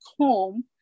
home